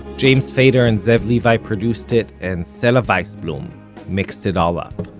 james feder and zev levi produced it, and sela waisblum mixed it all up